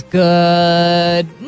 good